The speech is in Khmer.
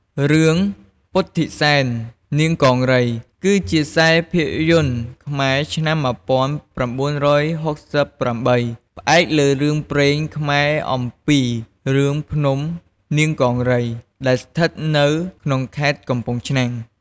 រឿង ពុទ្ធិសែននាងកង្រី គឺជាខ្សែភាពយន្តខ្មែរឆ្នាំ១៩៦៨ ផ្អែកលើរឿងព្រេងខ្មែរអំពីរឿងភ្នំនាងកង្រី ដែលស្ថិតនៅក្នុងខេត្តកំពង់ឆ្នាំង។